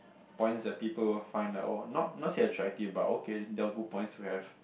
points that people will find that oh not not say attractive but okay they're good points to have